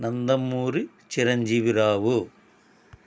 Nandamuri Chiranjeevi Rao